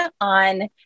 on